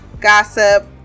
gossip